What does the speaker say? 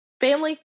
family